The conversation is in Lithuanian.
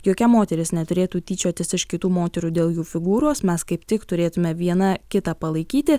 jokia moteris neturėtų tyčiotis iš kitų moterų dėl jų figūros mes kaip tik turėtume viena kitą palaikyti